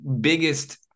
biggest